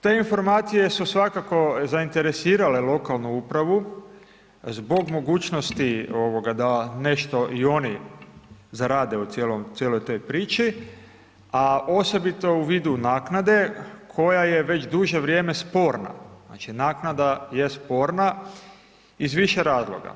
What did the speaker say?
Te informacije su svakako zainteresirale lokalnu upravu zbog mogućnosti da nešto i oni zarade u cijeloj toj priči, a osobito u vidu naknade koja je već duže vrijeme sporna, znači, naknada je sporna iz više razloga.